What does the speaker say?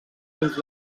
dins